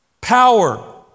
power